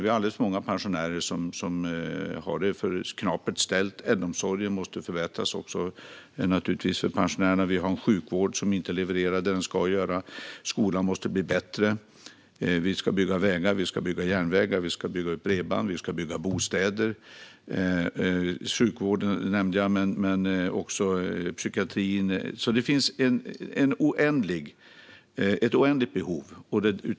Vi har alldeles för många pensionärer som har det för knapert ställt. Äldreomsorgen måste naturligtvis också förbättras. Vi har en sjukvård som inte levererar det som den ska leverera. Skolan måste bli bättre. Vi ska bygga vägar. Vi ska bygga järnvägar. Vi ska bygga ut bredband. Vi ska bygga bostäder. Jag nämnde sjukvården, men det handlar också om psykiatrin. Det finns alltså oändliga behov.